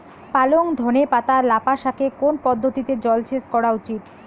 পালং ধনে পাতা লাফা শাকে কোন পদ্ধতিতে জল সেচ করা উচিৎ?